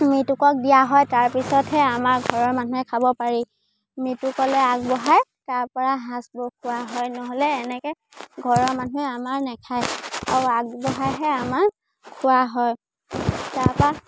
মৃতকক দিয়া হয় তাৰপিছতহে আমাৰ ঘৰৰ মানুহে খাব পাৰি মৃতকলৈ আগবঢ়াই তাৰপৰা সাজ খোৱা হয় নহ'লে এনেকৈ ঘৰৰ মানুহে আমাৰ নাখায় আৰু আগবঢ়াইহে আমাক খোৱা হয় তাৰপৰা